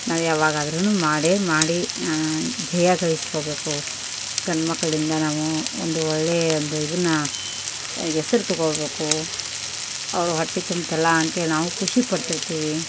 ನಾವು ಯವಾಗಾದ್ರೂ ಮಾಡೇ ಮಾಡಿ ಜಯ ಗಳಿಸ್ಕೋಬೇಕು ಗಂಡು ಮಕ್ಕಳಿಂದ ನಾವು ಒಂದು ಒಳ್ಳೆಯ ಒಂದು ಇದನ್ನು ಹೆಸ್ರ್ ತಗೋಬೇಕು ಅವರು ಹೊಟ್ಟೆ ತುಂಬಿತಲ್ಲ ಅಂತೇಳಿ ನಾವು ಖುಷಿ ಪಡ್ತಿರ್ತೀವಿ